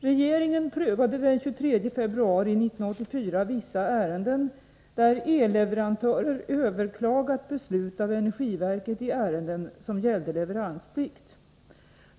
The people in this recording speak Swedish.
Regeringen prövade den 23 februari 1984 vissa ärenden, där elleverantörer överklagat beslut av energiverket i ärenden som gällde leveransplikt.